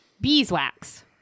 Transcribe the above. beeswax